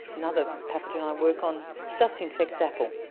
another pathogen i work on just infects apple.